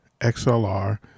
XLR